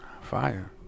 Fire